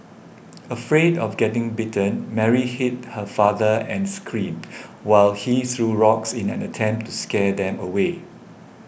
afraid of getting bitten Mary hid her father and screamed while he threw rocks in an attempt to scare them away